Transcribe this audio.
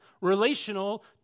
relational